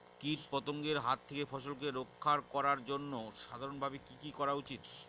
কীটপতঙ্গের হাত থেকে ফসলকে রক্ষা করার জন্য সাধারণভাবে কি কি করা উচিৎ?